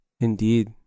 Indeed